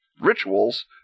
rituals